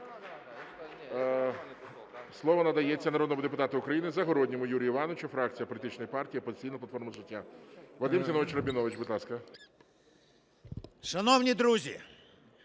Слово надається народному депутату України Загородньому Юрію Івановичу, фракція політичної партії "Опозиційна платформа – За життя". Вадим Зіновійович Рабінович, будь ласка. 10:48:58